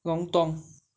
lontong